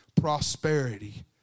prosperity